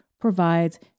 provides